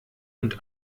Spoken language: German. und